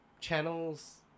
Channels